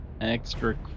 extra